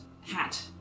hat